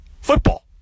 football